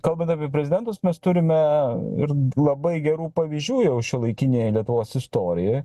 kalbant apie prezidentus mes turime ir labai gerų pavyzdžių jau šiuolaikinėje lietuvos istorijoje